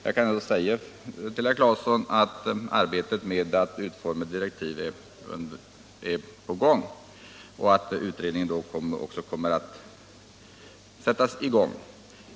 Jag vill till herr Claeson säga att utformningen av direktiv är på gång och att utredningen kommer att startas.